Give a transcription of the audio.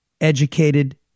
educated